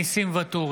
נגד ניסים ואטורי,